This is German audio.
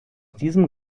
diesem